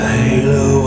halo